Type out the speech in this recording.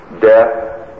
Death